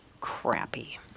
crappy